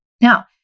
Now